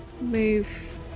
move